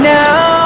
now